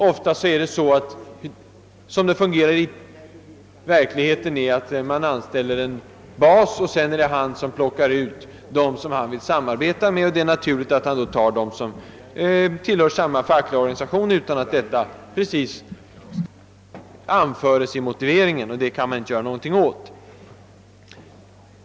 Ofta fungerar det så i verkligheten att man anställer en bas, och sedan är det han som plockar ut dem han vill samarbeta med. Och då är det naturligt att han tar dem som tillhör samma fackliga organisation, utan att detta anföres i motiveringen. Det kan man inte göra något åt.